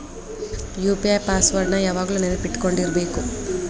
UPI password ನ ಯಾವಾಗ್ಲು ನೆನ್ಪಿಟ್ಕೊಂಡಿರ್ಬೇಕು